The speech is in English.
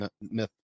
myth